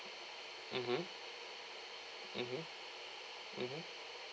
mmhmm mmhmm mmhmm